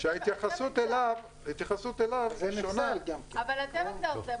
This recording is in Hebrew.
זה ליקוי בתקן שההתייחסות אליו שונה --- אבל אתם הגדרתם.